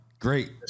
great